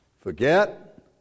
Forget